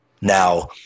Now